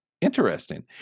Interesting